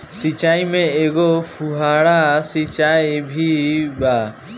सिचाई में एगो फुव्हारा सिचाई भी बा